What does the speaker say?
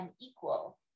unequal